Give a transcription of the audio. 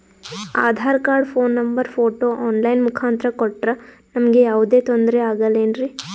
Aadhaar card, phone number, photo online ಮುಖಾಂತ್ರ ಕೊಟ್ರ ನಮಗೆ ಯಾವುದೇ ತೊಂದ್ರೆ ಆಗಲೇನ್ರಿ?